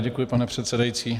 Děkuji, pane předsedající.